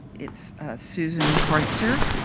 it's susan kreutzer